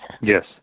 Yes